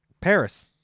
Paris